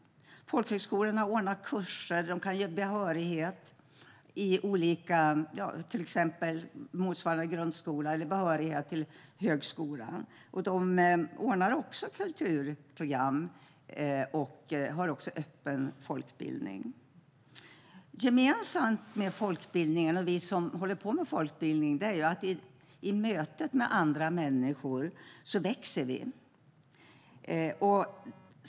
Folkhögskolorna ordnar kurser och kan ge behörighet motsvarande till exempel grundskola eller behörighet till högskola. De ordnar också kulturprogram och har öppen folkbildning. Gemensamt för folkbildning och oss som håller på med folkbildning är att det är i mötet med andra människor som vi växer.